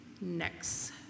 Next